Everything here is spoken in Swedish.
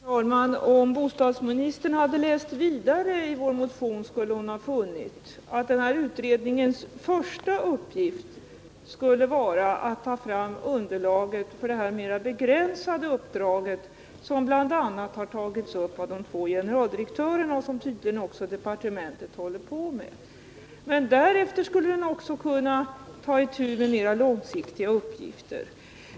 Herr talman! Om bostadsministern hade läst vidare i vår motion skulle hon ha funnit att den här utredningens första uppgift skulle vara att ta fram underlaget för det mera begränsade uppdraget, som bl.a. har tagits upp av de två generaldirektörerna och som tydligen också departementet håller på med. Men därefter skulle den även kunna ta itu med mera långsiktiga uppgifter.